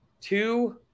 two